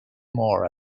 more